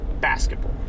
basketball